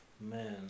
man